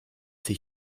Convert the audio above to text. sich